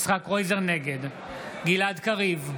נגד גלעד קריב,